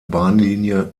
bahnlinie